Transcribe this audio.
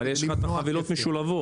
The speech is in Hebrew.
אבל יש לך חבילות משולבות.